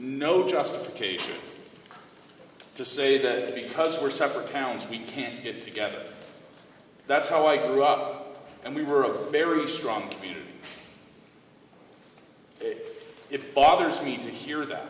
no justification to say that because we're separate towns we can't get together that's how i grew up and we were a very strong it bothers me to hear that